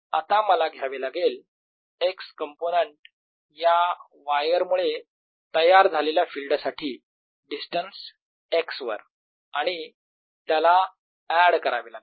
आता मला घ्यावे लागेल x कंपोनेंट या वायर मुळे तयार झालेल्या फिल्डसाठी डिस्टन्स x वर आणि त्याला एड करावे लागेल